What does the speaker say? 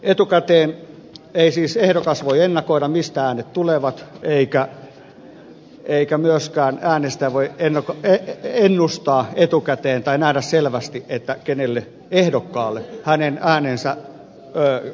etukäteen ei siis ehdokas voi ennakoida mistä äänet tulevat eikä myöskään äänestäjä voi ennustaa etukäteen tai nähdä selvästi kenelle ehdokkaalle hänen äänensä päätyvät